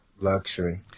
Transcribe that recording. Luxury